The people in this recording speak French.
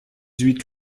huit